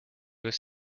was